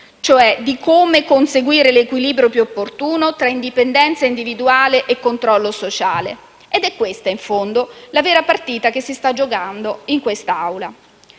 cioè di come conseguire l'equilibrio più opportuno tra indipendenza individuale e controllo sociale ed è questa, in fondo, la vera partita che si sta giocando in quest'Aula.